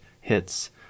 hits